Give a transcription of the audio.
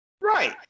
Right